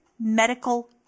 medical